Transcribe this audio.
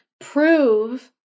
prove